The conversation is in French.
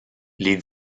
les